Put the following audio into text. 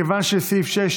קבוצת סיעת ש"ס,